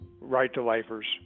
right-to-lifers